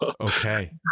Okay